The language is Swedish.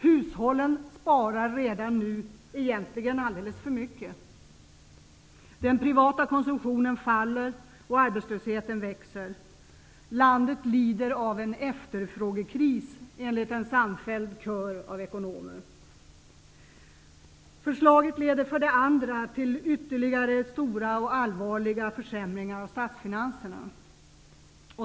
Hushållen sparar redan nu egentligen alldeles för mycket. Den privata konsumtionen minskar, och arbetslösheten växer. Landet lider av en efterfrågekris, enligt en samfälld kör av ekonomer. För det andra leder förslaget till ytterligare stora och allvarliga försämringar av statsfinanserna.